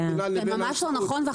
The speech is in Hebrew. זה ממש לא נכון.